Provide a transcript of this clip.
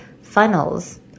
funnels